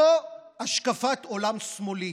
זו השקפת עולם שמאלית.